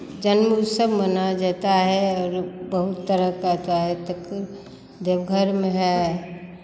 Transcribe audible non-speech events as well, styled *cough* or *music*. जन्म उत्सव मनाया जाता है और बहुत तरह का *unintelligible* देवघर में है